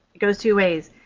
it goes two ways.